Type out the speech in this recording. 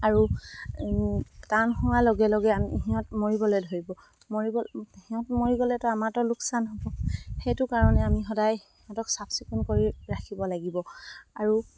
আৰু টান হোৱাৰ লগে লগে আমি সিহঁত মৰিবলে ধৰিব মৰিব সিহঁত মৰি গলেতো আমাৰতো লোকচান হ'ব সেইটো কাৰণে আমি সদায় সিহঁতক চাফ চিকুণ কৰি ৰাখিব লাগিব আৰু